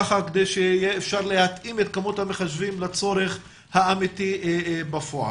כדי שאפשר יהיה להתאים את כמות המחשבים לצורך האמיתי בפועל.